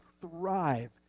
thrive